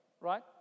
right